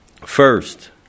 first